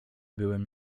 byłem